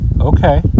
okay